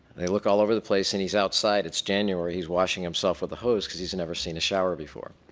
they look all over the place, and he's outside, it's january, he's washing himself with a hose because he's never seen a shower before.